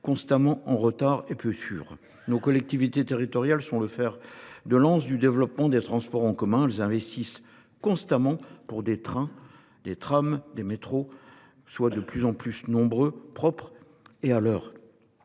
constamment en retard et peu sûrs. Nos collectivités territoriales sont le fer de lance du développement des transports en commun. Elles investissent constamment pour que les trains, les trams ou les métros soient plus nombreux, plus propres et ponctuels.